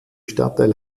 stadtteil